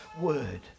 word